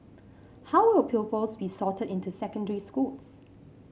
how will pupils be sorted into secondary schools